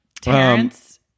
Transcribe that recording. Terrence